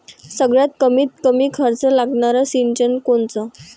सगळ्यात कमीत कमी खर्च लागनारं सिंचन कोनचं?